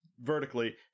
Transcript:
vertically